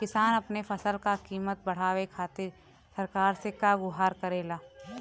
किसान अपने फसल क कीमत बढ़ावे खातिर सरकार से का गुहार करेला?